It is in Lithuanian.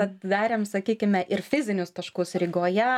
atveriam sakykime ir fizinius taškus rygoje